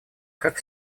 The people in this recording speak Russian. как